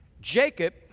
Jacob